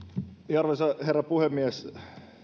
arvoisa herra puhemies